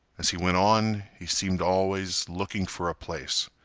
as he went on, he seemed always looking for a place,